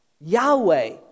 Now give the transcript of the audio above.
Yahweh